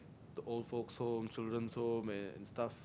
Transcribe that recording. the old folks home children home and stuff